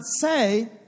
say